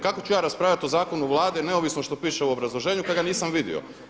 Kako ću ja raspravljati o zakonu Vlade neovisno što piše u obrazloženju kada ga nisam vidio.